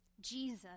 Jesus